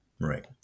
Right